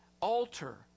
alter